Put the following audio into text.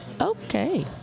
okay